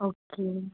okay